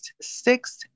six